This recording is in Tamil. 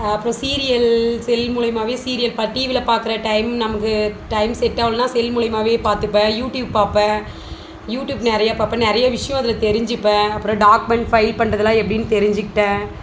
அப்புறம் சீரியல் செல் மூலிமாவே சீரியல் பா டிவியில் பார்க்குற டைம் நமக்கு டைம் செட் ஆகலன்னா செல் மூலிமாவே பார்த்துப்பேன் யூடியூப் பார்ப்பேன் யூடியூப் நிறையா பார்ப்பேன் நிறையா விஷயோம் அதில் தெரிஞ்சுப்பேன் அப்புறம் டாக்குமெண்ட் ஃபைல் பண்ணுறதுலாம் எப்படின்னு தெரிஞ்சுக்கிட்டேன்